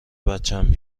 بچم